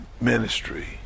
ministry